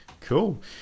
Cool